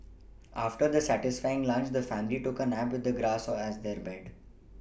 after their satisfying lunch the family took a nap with the grass or as their bank